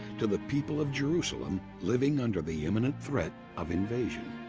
to the people of jerusalem living under the imminent threat of invasion.